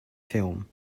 film